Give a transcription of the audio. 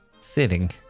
sitting